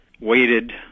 waited